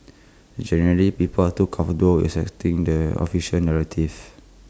generally people are too comfortable with accepting the official narrative